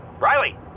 Riley